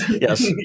Yes